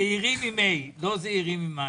זהירים; לא זעירים.